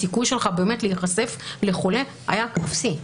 הסיכוי שלך להיחשף לחולה היה אפסי,